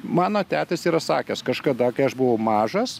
mano tetis yra sakęs kažkada kai aš buvau mažas